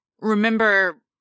remember